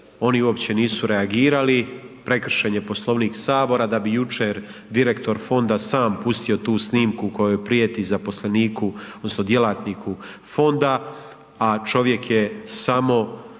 oni uopće nisu reagirali, prekršen je Poslovnik HS, da bi jučer direktor fonda sam pustio tu snimku kojom prijeti zaposleniku odnosno djelatniku fonda, a čovjek je samo